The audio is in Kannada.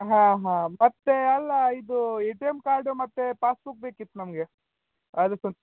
ಹಾಂ ಹಾಂ ಮತ್ತು ಅಲ್ಲ ಇದು ಎ ಟಿ ಎಂ ಕಾರ್ಡು ಮತ್ತೆ ಪಾಸ್ಬುಕ್ ಬೇಕಿತ್ತು ನಮಗೆ ಅದು ಸ್ವಲ್ಪ